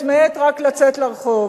ורק מעת לעת לצאת לרחוב.